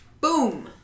boom